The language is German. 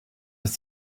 des